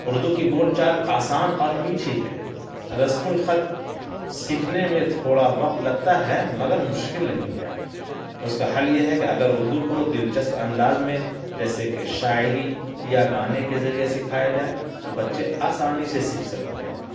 اردو کی بول چال آسان اور میٹھی ہے رسم الخط سیکھنے میں تھوڑا وقت لگتا ہے مگر مشکل نہیں ہے اس کا حل یہ ہے کہ اگر اردو کو دلچسپ انداز میں جیسے کہ شاعری یا گانے کے ذریعہ سکھایا جائے تو بچے آسانی سے سیکھ سکتے ہیں